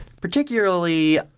Particularly